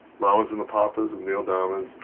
mamas and the papas and neil diamond,